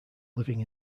living